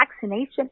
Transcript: vaccination